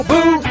Boo